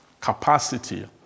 capacity